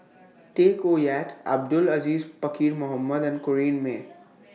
Tay Koh Yat Abdul Aziz Pakkeer Mohamed and Corrinne May